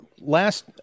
last